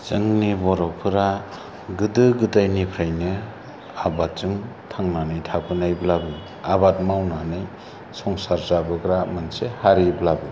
जोंनि बर'फोरा गोदो गोदायनिफ्राइनो आबादजों थांनानै थाबोनायब्लाबो आबाद मावनानै संसार जाबोग्रा मोनसे हारिब्लाबो